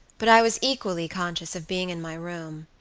but i was equally conscious of being in my room,